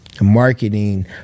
marketing